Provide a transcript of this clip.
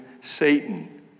Satan